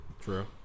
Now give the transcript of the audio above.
True